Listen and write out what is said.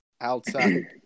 outside